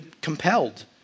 compelled